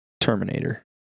Terminator